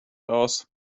aus